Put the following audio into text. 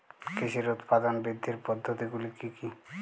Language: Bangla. কৃষির উৎপাদন বৃদ্ধির পদ্ধতিগুলি কী কী?